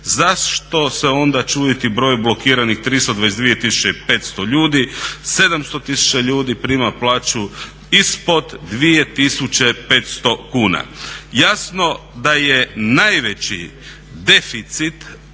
zašto se onda čuditi broju blokiranih 322 500 ljudi, 700 tisuća ljudi prima plaću ispod 2500 kuna. Jasno da je najveći deficit